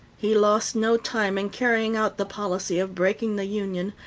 he lost no time in carrying out the policy of breaking the union,